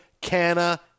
Canna